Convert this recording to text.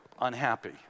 unhappy